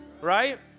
Right